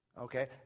Okay